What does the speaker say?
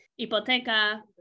hipoteca